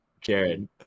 Jared